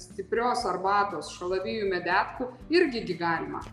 stiprios arbatos šalavijų medetkų irgi gi galima